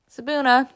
Sabuna